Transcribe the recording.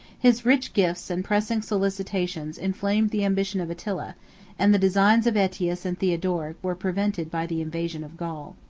his rich gifts and pressing solicitations inflamed the ambition of attila and the designs of aetius and theodoric were prevented by the invasion of gaul.